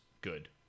good